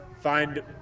find